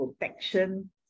protection